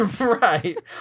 Right